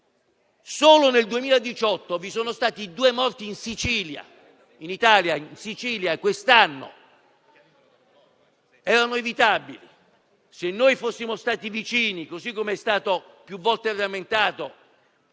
Solo nel 2018 vi sono stati due morti in Italia, in Sicilia, ed erano evitabili, se noi fossimo stati vicini, così come è stato più volte rammentato,